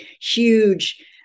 huge